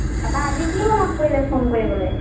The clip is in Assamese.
তাৰপৰা আজি কি মনত পৰিলে ফোন কৰিবলৈ